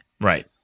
Right